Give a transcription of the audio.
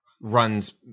runs